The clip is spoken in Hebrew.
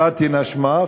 פאתנה שמה,